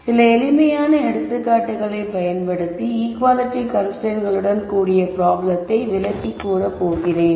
சில எளிமையான எடுத்துக்காட்டுகளை பயன்படுத்தி ஈக்குவாலிட்டி கன்ஸ்ரைன்ட்ஸ்களுடன் கூடிய பிராப்ளத்தை விளக்கி கூறப்போகிறேன்